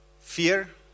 fear